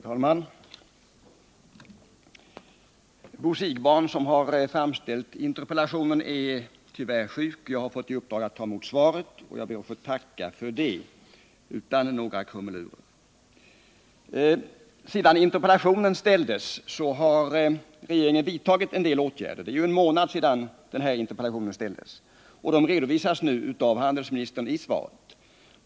Herr talman! Bo Siegbahn, som har framställt interpellationen, är tyvärr sjuk, varför jag fått i uppdrag att ta emot svaret. Jag ber utan några krumelurer att få tacka handelsministern för det. Sedan interpellationen ställdes för en månad sedan har regeringen vidtagit en del åtgärder. Dessa redovisas av handelsministern i svaret.